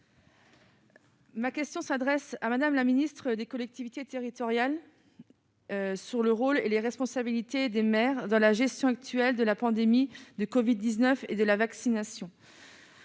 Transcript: Ma question s'adresse à Madame la ministre des collectivités territoriales, sur le rôle et les responsabilités des maires de la gestion actuelle de la pandémie de Covid 19 et de la vaccination.